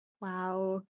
Wow